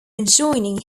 adjoining